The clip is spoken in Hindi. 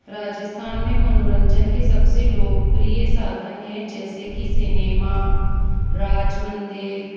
राजस्थान में मनोरंजन के सबसे लोकप्रिय साधन है जैसे कि सिनेमा राज मंदिर